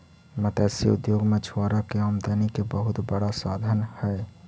मत्स्य उद्योग मछुआरा के आमदनी के बहुत बड़ा साधन हइ